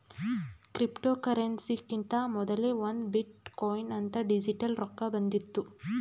ಕ್ರಿಪ್ಟೋಕರೆನ್ಸಿಕಿಂತಾ ಮೊದಲೇ ಒಂದ್ ಬಿಟ್ ಕೊಯಿನ್ ಅಂತ್ ಡಿಜಿಟಲ್ ರೊಕ್ಕಾ ಬಂದಿತ್ತು